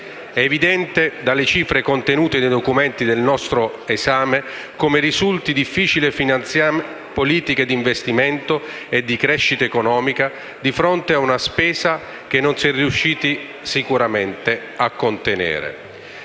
È evidente, dalle cifre contenute nei documenti al nostro esame, come risulti difficile finanziare politiche di investimento e di crescita economica di fronte a una spesa che non si è riusciti sicuramente a contenere.